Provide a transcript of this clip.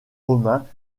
romains